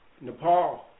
Nepal